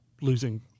losing